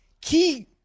Key